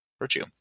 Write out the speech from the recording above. virtue